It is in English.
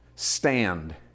stand